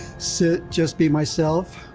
sit, just be myself.